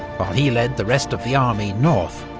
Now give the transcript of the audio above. while he led the rest of the army north,